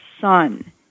son